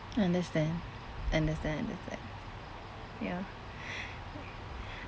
understand understand understand ya